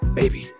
baby